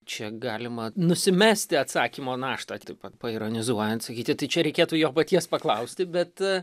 čia galima nusimesti atsakymo naštą taip pa paironizuojant sakyti tai čia reikėtų jo paties paklausti bet